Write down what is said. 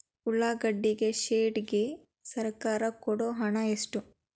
ಉಳ್ಳಾಗಡ್ಡಿ ಶೆಡ್ ಗೆ ಸರ್ಕಾರ ಕೊಡು ಹಣ ಎಷ್ಟು?